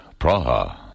Praha. (